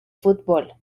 fútbol